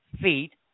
feet